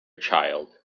child